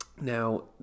now